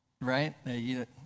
Right